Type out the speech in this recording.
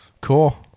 Cool